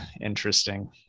Interesting